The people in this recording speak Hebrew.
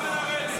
תרד.